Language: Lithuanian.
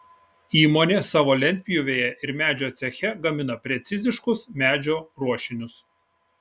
įmonė savo lentpjūvėje ir medžio ceche gamina preciziškus medžio ruošinius